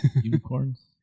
Unicorns